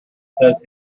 says